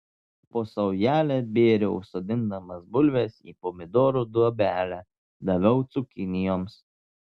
po saujelę bėriau sodindamas bulves į pomidorų duobelę daviau cukinijoms